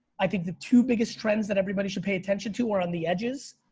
i think the two biggest trends that everybody should pay attention to while on the edges,